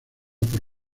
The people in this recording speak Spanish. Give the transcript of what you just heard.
por